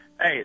Hey